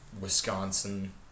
Wisconsin